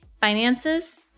finances